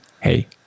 Hey